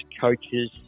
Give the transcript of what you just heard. coaches